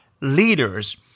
leaders